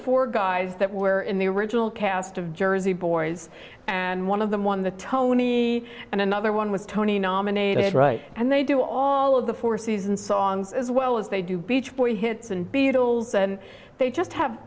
four guys that were in the original cast of jersey boys and one of them won the tony and another one was tony nominated right and they do all of the four season songs as well as they do beach boy hits and beatles and they just have